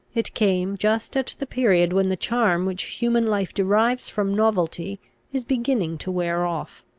it came just at the period when the charm which human life derives from novelty is beginning to wear off.